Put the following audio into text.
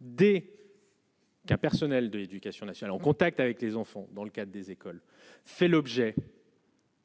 des cas personnels de l'Éducation nationale, en contact avec les enfants, dans le cas des écoles fait l'objet.